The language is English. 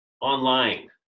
online